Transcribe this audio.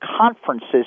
conferences